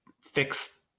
fix